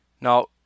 Now